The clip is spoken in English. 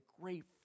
great